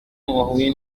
wahuye